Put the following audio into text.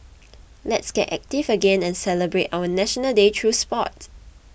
let's get active again and celebrate our National Day through sport